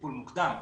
טיפול מוקדם,